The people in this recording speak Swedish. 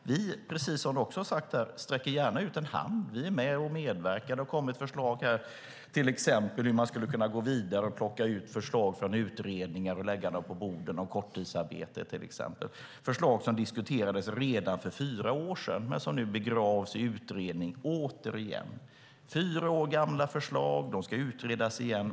Vi, precis som ministern också har sagt, sträcker gärna ut en hand. Vi är med och medverkar till och har lagt fram förslag om hur vi kan gå vidare, till exempel plocka ut förslag om korttidsarbete från utredningar. Det är förslag som diskuterades redan för fyra år sedan men som nu återigen begravs i en utredning. Fyra år gamla förslag ska utredas igen.